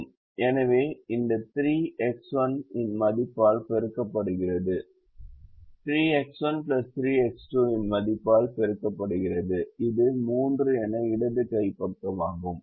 எனவே இந்த 3X1 இன் மதிப்பால் பெருக்கப்படுகிறது 3X1 3X2 இன் மதிப்பால் பெருக்கப்படுகிறது இது 3 எனது இடது கை பக்கமாகும்